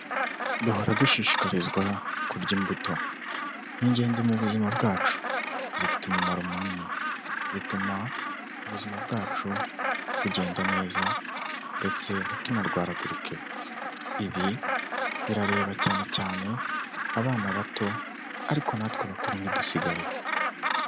Duhora dushishikarizwa kurya imbuto, ni ingenzi mu buzima bwacu, zifite umumaro munini, zituma ubuzima bwacu bugenda neza ndetse ntitunarwaragurike, ibi birareba cyane cyane abana bato ariko natwe abakuru ntidusigare.